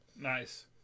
Nice